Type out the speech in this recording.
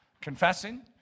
confessing